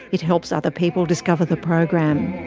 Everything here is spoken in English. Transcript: it helps other people discover the program.